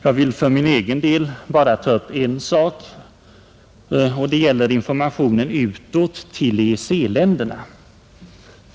Jag vill i detta anförande bara ta upp en sak däri och den gäller informationen utåt till EEC-länderna.